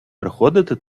приходити